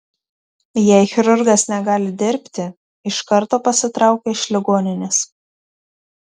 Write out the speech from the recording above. jei chirurgas negali dirbti iš karto pasitraukia iš ligoninės